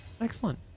Excellent